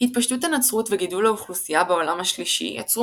התפשטות הנצרות וגידול האוכלוסייה ב"עולם השלישי" יצרו